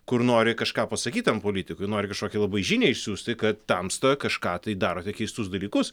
kur nori kažką pasakyt tam politikui nori kažkokį labai žinią išsiųsti kad tamsta kažką tai darote keistus dalykus